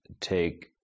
take